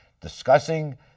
discussing